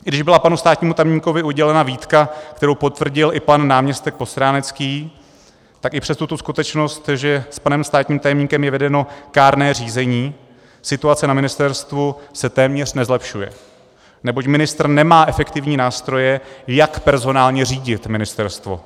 Když byla panu státnímu tajemníkovi udělena výtka, kterou potvrdil i pan náměstek Postránecký, tak i přes tuto skutečnost, že s panem státním tajemníkem je vedeno kárné řízení, se situace na ministerstvu téměř nezlepšuje, neboť ministr nemá efektivní nástroje, jak personálně řídit ministerstvo.